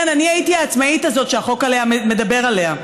כן, אני הייתי העצמאית הזאת שהחוק מדבר עליה.